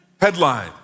Headline